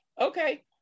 okay